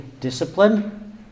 discipline